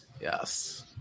Yes